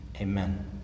Amen